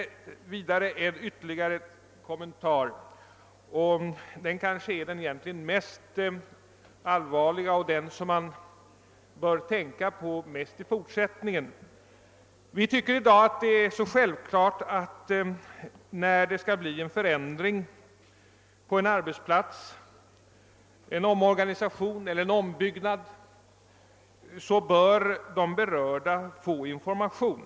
Jag har ytterligare en kommentar att göra; den är kanske den mest allvarliga och gäller det som man torde böra tänka mest på i fortsättningen. Vi tycker i dag att det är så självklart att när det skall bli en förändring på en arbetsplats — en omorganisation eller en ombyggnad — bör de berörda få information.